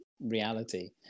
reality